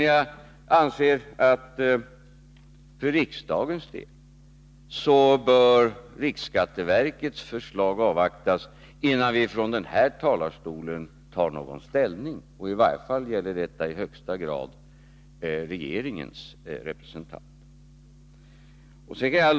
Jag anser att för riksdagens del bör riksskatteverkets förslag avvaktas, innan vi från den här talarstolen tar någon ställning — i varje fall gäller detta i högsta grad regeringens representanter.